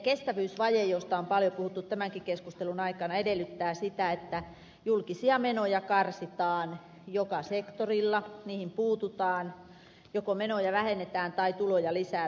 kestävyysvaje josta on paljon puhuttu tämänkin keskustelun aikana edellyttää sitä että julkisia menoja karsitaan joka sektorilla sitä että niihin puututaan joko menoja vähennetään tai tuloja lisätään